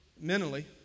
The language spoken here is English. mentally